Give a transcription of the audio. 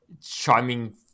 charming